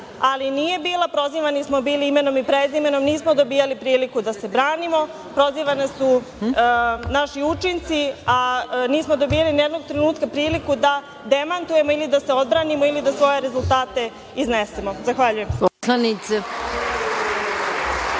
ali nije bila. Prozivani smo bili imenom i prezimenom, nismo dobijali priliku da se branimo, prozivani su naši učinci, a nismo dobijali nijednog trenutka priliku da demantujemo ili da se odbranimo, ili da svoje rezultate iznesemo. Zahvaljujem